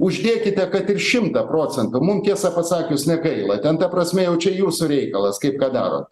uždėkite kad ir šimtą procentų mums tiesą pasakius negaila ten ta prasme jau čia jūsų reikalas kaip ką darot